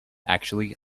actually